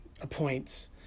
appoints